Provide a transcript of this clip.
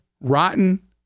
rotten